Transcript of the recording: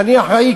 שאני אחראי,